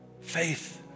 Faith